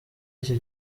iki